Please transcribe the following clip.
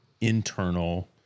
internal